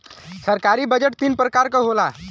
सरकारी बजट तीन परकार के होला